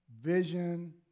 vision